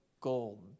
gold